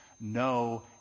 no